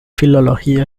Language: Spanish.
filología